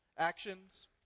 actions